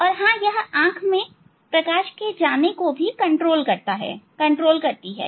और हां यह आंख में प्रकाश के जाने को भी नियंत्रित करती है